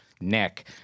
neck